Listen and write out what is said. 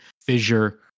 Fissure